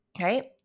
right